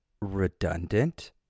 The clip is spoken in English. Redundant